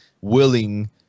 willing